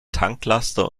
tanklaster